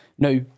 Now